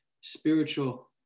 spiritual